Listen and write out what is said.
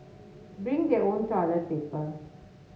bring their own toilet paper